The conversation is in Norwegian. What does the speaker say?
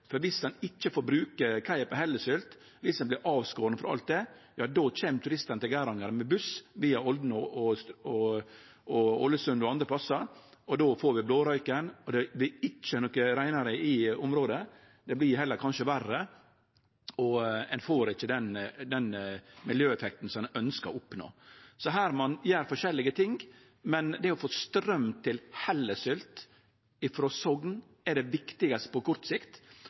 For viss ein ikkje får bruke kaia på Hellesylt, viss ein vert avskore frå alt det, kjem turistane til Geiranger med buss via Olden og Ålesund og andre plassar. Då får vi blårøyken, og det vert ikkje noko reinare i området. Det vert kanskje heller verre, og ein får ikkje den miljøeffekten som ein ønskjer å oppnå. Her må ein gjere forskjellige ting, men det å få straum til Hellesylt frå Sogn er det viktigaste på kort sikt.